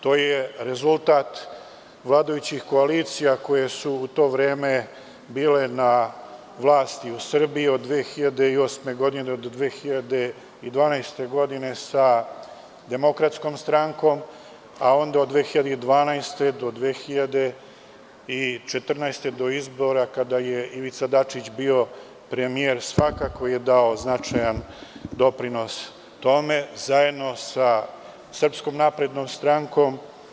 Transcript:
To je rezultat vladajućih koalicija koje su u to vreme bile na vlasti u Srbiji od 2008-2012. godine, sa Demokratskom strankom, a onda od 2012-2014. godine, do izbora, kada je Ivica Dačić bio premijer, svakako je dao značajan doprinos tome, zajedno sa SNS.